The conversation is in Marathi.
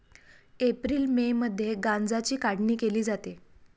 एप्रिल मे मध्ये गांजाची काढणी केली जाते